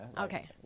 Okay